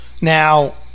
Now